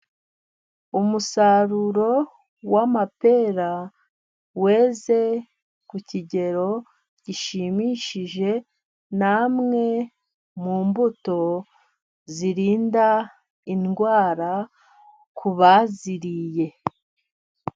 Umusaruro w'amapera, weze ku kigero gishimishije namwe mu mbuto zirinda indwara ku baziriye.